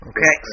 Okay